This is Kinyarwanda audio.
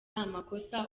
amakosa